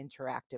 interactive